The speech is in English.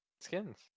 Skins